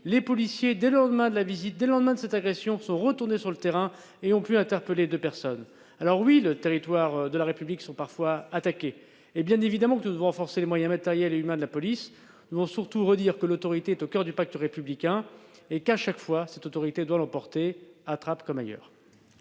les policiers, dès le lendemain de l'agression, sont retournés sur le terrain et ont pu interpeller deux personnes. Oui, les territoires de la République sont parfois attaqués et, bien évidemment, nous devons renforcer les moyens matériels et humains de la police. Nous devons surtout redire que l'autorité est au coeur du pacte républicain et qu'elle doit chaque fois l'emporter, à Trappes comme ailleurs.